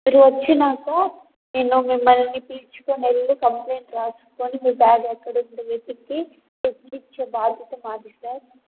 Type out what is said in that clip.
మీరు వచ్చి నాకు నేను మిమ్మల్ని పిలుచుకుని వెళ్ళీ కంప్లైంట్ రాసుకుని మీ బ్యాగ్ ఎక్కడుందో వెతికి తెచ్చిచ్చే బాధ్యత మాది సార్